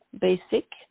basic